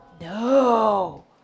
No